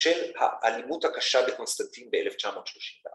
‫של האלימות הקשה בקונסטנטין ‫ב-1932.